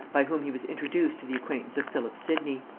by whom he was introduced to the acquaintance of philip sidney.